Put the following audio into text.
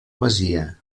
masia